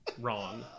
wrong